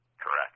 Correct